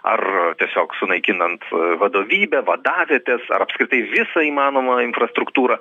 ar tiesiog sunaikinant vadovybę vadavietes ar apskritai visa įmanomą infrastruktūrą